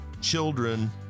children